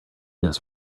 this